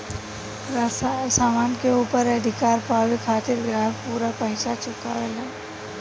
सामान के ऊपर अधिकार पावे खातिर ग्राहक पूरा पइसा चुकावेलन